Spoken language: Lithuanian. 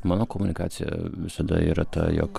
mano komunikacija visada yra ta jog